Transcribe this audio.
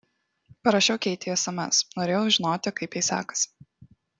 parašiau keitei sms norėjau žinoti kaip jai sekasi